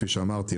כפי שאמרתי,